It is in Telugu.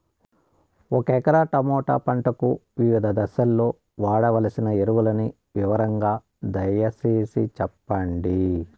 ఒక ఎకరా టమోటా పంటకు వివిధ దశల్లో వాడవలసిన ఎరువులని వివరంగా దయ సేసి చెప్పండి?